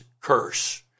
curse